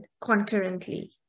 concurrently